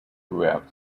throughout